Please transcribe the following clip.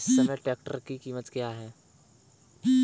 इस समय ट्रैक्टर की कीमत क्या है?